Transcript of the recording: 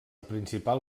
principal